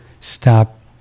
stop